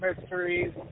Mysteries